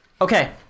Okay